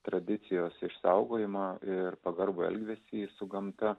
tradicijos išsaugojimą ir pagarbų elgesį su gamta